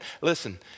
Listen